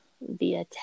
via